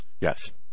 yes